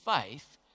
faith